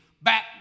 Back